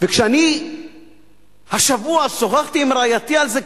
וכשאני השבוע שוחחתי עם רעייתי על זה,